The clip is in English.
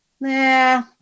Nah